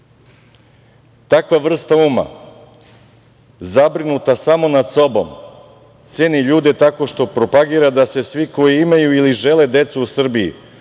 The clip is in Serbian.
takva vrsta uma, zabrinuta samo nad sobom, ceni ljude tako što propagira da se svi koji imaju ili žele decu u Srbiji